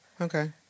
Okay